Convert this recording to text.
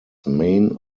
main